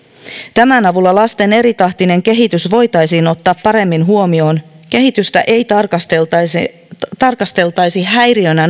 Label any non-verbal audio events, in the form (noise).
tämän avulla lasten eritahtinen kehitys voitaisiin ottaa paremmin huomioon kehitystä ei tarkasteltaisi tarkasteltaisi häiriönä (unintelligible)